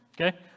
Okay